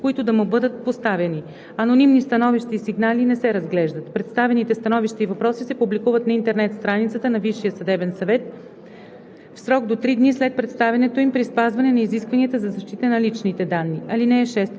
които да му бъдат поставяни. Анонимни становища и сигнали не се разглеждат. Представените становища и въпроси се публикуват на интернет страницата на Висшия съдебен съвет в срок до три дни след представянето им при спазване на изискванията за защита на личните данни. (6)